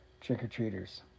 trick-or-treaters